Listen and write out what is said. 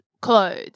clothes